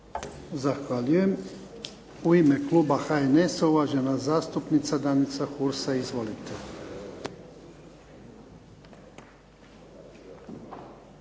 Zahvaljujem. U ime Kluba HNS-a uvažena zastupnica Danica Hursa izvolite.